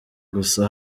gusa